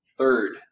third